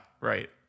Right